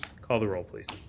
call the roll, please.